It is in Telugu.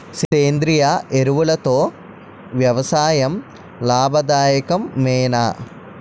సేంద్రీయ ఎరువులతో వ్యవసాయం లాభదాయకమేనా?